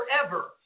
forever